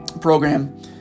program